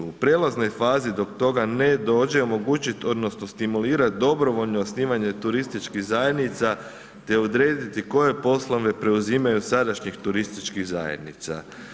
U prijelaznoj fazi dok toga ne dođe omogućiti odnosno stimulirati dobrovoljno osnivanje turističkih zajednica te odrediti koje poslove preuzimaju od sadašnjih turističkih zajednica.